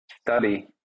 study